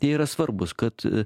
jie yra svarbus kad